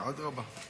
אדרבה.